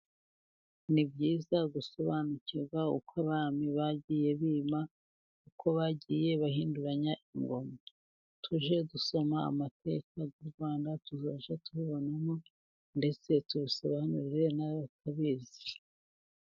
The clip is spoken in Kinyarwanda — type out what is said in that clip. Ni byiza gusobanukirwa, uko abami bagiye bima, uko bagiye bahinduranya ingoma, tujye dusoma amateka y'u rwanda, tuzajya tubibonamo, ndetse tubisobanurire natabizi.